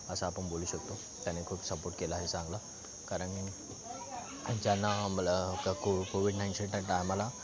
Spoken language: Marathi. असं आपण बोलू शकतो त्याने खूप सपोर्ट केला आहे चांगला कारण ज्यांना आम्हाला को कोविड नाईंटीनच्या टाईमाला